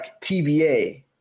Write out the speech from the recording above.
TBA